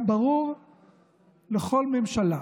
היה ברור לכל ממשלה